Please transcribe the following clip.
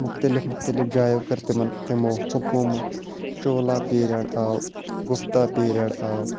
مُختلِف مُختلِف جایو کٔر تِمَن تِمو حکوٗمَت چولا پیٖرڑ آو گُپتا پیٖرڑ آو